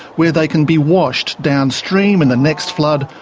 where they can be washed downstream in the next flood,